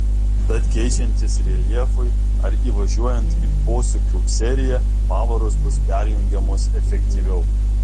tad keičiantis reljefui ar įvažiuojant į posūkių seriją pavaros bus perjungiamos efektyviau